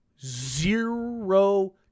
Zero